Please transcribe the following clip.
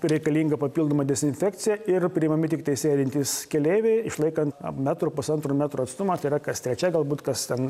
reikalinga papildoma dezinfekcija ir priimami tiktai sėdintys keleiviai išlaikant na metro pusantro metro atstumą tai yra kas trečia galbūt kas ten